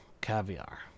caviar